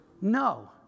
No